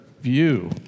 view